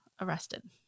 arrested